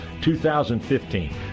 2015